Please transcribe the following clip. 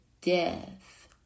death